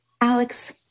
Alex